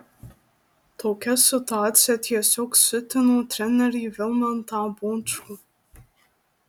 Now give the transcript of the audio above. tokia situacija tiesiog siutino trenerį vilmantą bončkų